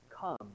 come